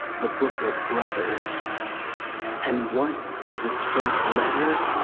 the book of brothers and what is its first letter?